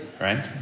right